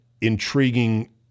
intriguing